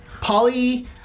Polly